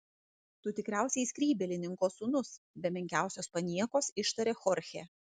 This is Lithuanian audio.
tu tikriausiai skrybėlininko sūnus be menkiausios paniekos ištarė chorchė